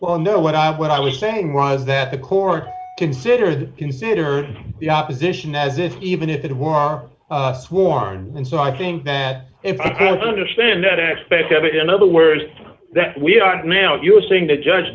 well know what i when i was saying was that the court considers consider the opposition as if even if it were sworn and so i think that if i understand that aspect of it in other words that we are now you're saying the judge